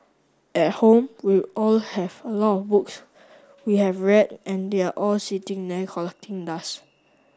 at home we all have a lot of books we have read and they are all sitting there collecting dust